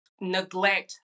neglect